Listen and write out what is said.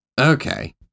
Okay